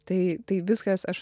tai tai viskas aš